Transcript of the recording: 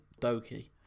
Doki